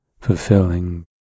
fulfilling